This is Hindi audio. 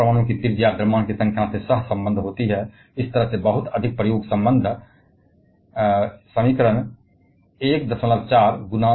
अक्सर एक परमाणु की त्रिज्या बड़े पैमाने पर संख्या से सहसंबद्ध होती है इस तरह से बहुत अधिक अनुभवजन्य संबंध द्वारा